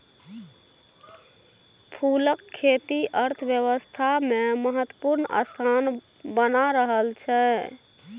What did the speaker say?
फूलक खेती अर्थव्यवस्थामे महत्वपूर्ण स्थान बना रहल छै